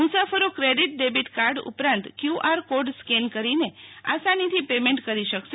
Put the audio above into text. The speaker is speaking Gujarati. મુસાફર ક્રેડિટ ડેબિટ કાર્ડ ઉપરાંત ક્વ્યુઆર કાઠ સ્કેન કરીને આસાનાથી પેમેન્ટ કરી શકશે